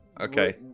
Okay